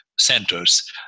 centers